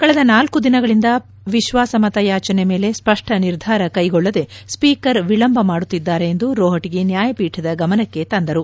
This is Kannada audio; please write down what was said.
ಕಳೆದ ನಾಲ್ಕು ದಿನಗಳಿಂದ ವಿಶ್ವಾಸಮತ ಯಾಚನೆ ಮೇಲೆ ಸ್ಪಷ್ಟ ನಿರ್ಧಾರ ಕೈಗೊಳ್ಳದೆ ಸ್ಪೀಕರ್ ವಿಳಂಬ ಮಾಡುತ್ತಿದ್ದಾರೆ ಎಂದು ರೋಹಣಗಿ ನ್ಯಾಯಪೀಠದ ಗಮನಕ್ಕೆ ತಂದರು